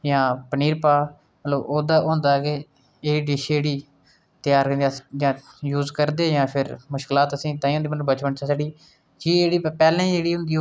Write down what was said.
रामधारी सिंह 'दिनकर' होर भारतेंदु हरिशचंद्र एह् दमैं साढ़े राश्ट्रकवि होये न भारतेंदु हरिशचंद्र जी एह् रामधारी सिंह 'दिनकर'